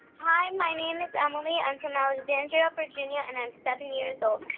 hi. my name is emily. i'm from alexandria, but va, and yeah and i'm seven years old.